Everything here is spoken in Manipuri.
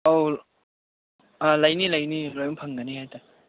ꯑꯥꯎ ꯂꯩꯅꯤ ꯂꯩꯅꯤ ꯂꯣꯏ ꯐꯪꯒꯅꯤ ꯍꯥꯏꯇꯥꯏ